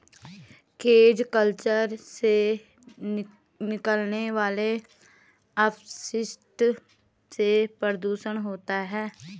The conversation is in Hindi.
केज कल्चर से निकलने वाले अपशिष्ट से प्रदुषण होता है